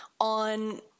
on